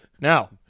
Now